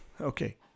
Okay